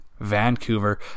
Vancouver